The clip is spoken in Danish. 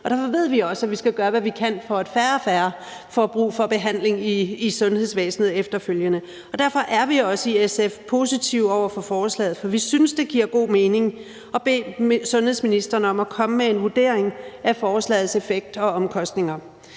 derfor ved vi også, at vi skal gøre, hvad vi kan, for at færre og færre får brug for behandling i sundhedsvæsenet efterfølgende, og derfor er vi i SF også positive over for forslaget. For vi synes, det giver god mening at bede sundhedsministeren om at komme med en vurdering af forslagets effekt og omkostninger.